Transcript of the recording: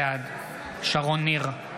בעד שרון ניר,